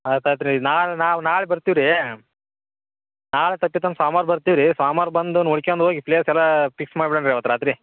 ಆತು ಆತು ರೀ ನಾಳೆ ನಾವು ನಾಳೆ ಬರ್ತೀವಿ ರೀ ಸೋಮ್ವಾರ ಬರ್ತೀವಿ ರೀ ಸೋಮ್ವಾರ ಬಂದು ನೋಡ್ಕ್ಯಂಡು ಹೋಗಿ ಪ್ಲೇಸ್ ಎಲ್ಲ ಫಿಕ್ಸ್ ಮಾಡ್ಬಿಡೋಣ ರೀ ಅವತ್ತು ರಾತ್ರಿ